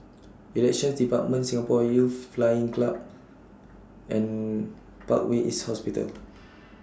Elections department Singapore Youth Flying Club and Parkway East Hospital